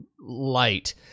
light